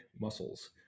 muscles